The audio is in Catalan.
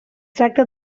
tracta